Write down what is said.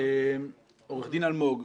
עורך דין אלמוג,